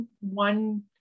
one